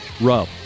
rub